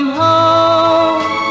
home